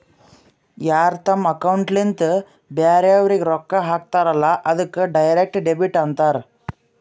ಯಾರ್ ತಮ್ ಅಕೌಂಟ್ಲಿಂತ್ ಬ್ಯಾರೆವ್ರಿಗ್ ರೊಕ್ಕಾ ಹಾಕ್ತಾರಲ್ಲ ಅದ್ದುಕ್ ಡೈರೆಕ್ಟ್ ಡೆಬಿಟ್ ಅಂತಾರ್